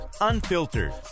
Unfiltered